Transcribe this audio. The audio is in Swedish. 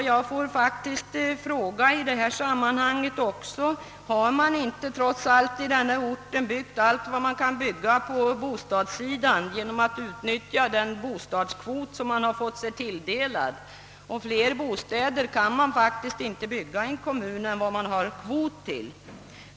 Jag får faktiskt i detta sammanhang också fråga: Har man inte trots allt i denna ort byggt allt vad man kan bygga på bostadssidan genom att utnyttja den bostadskvot som man har fått sig tilldelad, och fler bostäder kan man faktiskt inte bygga i en kommun än vad man har kvot till.